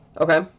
Okay